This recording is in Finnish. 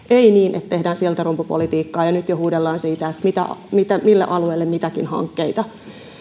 ei niin että tehdään siltarumpupolitiikkaa ja jo nyt huudellaan siitä mille alueelle mitäkin hankkeita